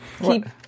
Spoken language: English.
Keep